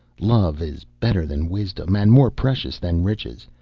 love is better than wisdom, and more precious than riches,